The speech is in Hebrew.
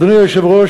אדוני היושב-ראש,